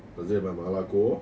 does it my 麻辣锅